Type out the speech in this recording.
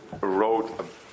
wrote